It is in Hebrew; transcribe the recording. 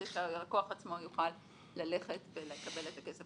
כדי שהלקוח עצמו יוכל ללכת ולקבל את הכסף